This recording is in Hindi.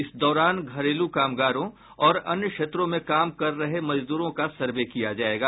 इस दौरान घरेलू कामगारों और अन्य क्षेत्रों में काम कर रहे मजदूरों का सर्वे किया जायेगा